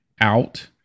out